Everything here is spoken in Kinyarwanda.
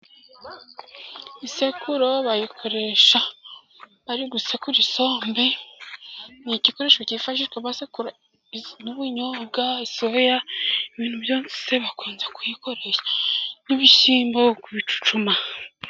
Isekuro bayikoresha bari gusekura isombe, ni igikoresho cyifashishwa basekura iso...n'ubunyobwa, soya, ibintu byose bakunze kuyikoresha n'ibishimbo kubicucuma.